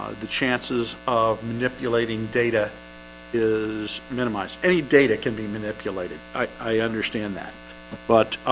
the chances of manipulating data is minimized any data can be manipulated. i understand that but